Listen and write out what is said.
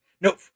Nope